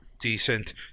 decent